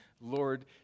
Lord